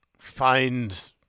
find